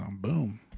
boom